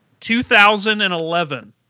2011